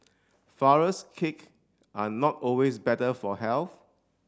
flourless cake are not always better for health